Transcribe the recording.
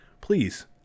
please